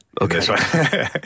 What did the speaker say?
Okay